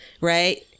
right